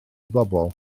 bobol